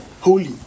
Holy